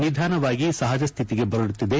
ನಿಧಾನವಾಗಿ ಸಹಜಸ್ವಿತಿಗೆ ಬರುತ್ತಿದೆ